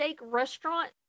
restaurant